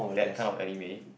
that kind of anime